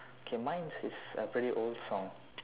okay mine's is a pretty old song